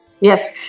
Yes